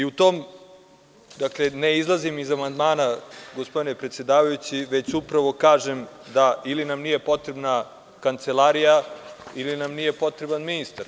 Dakle, ne izlazim iz amandmana, gospodine predsedavajući, već upravo kažem ili nam nije potrebna Kancelarija ili nam nije potreban ministar.